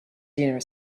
dinner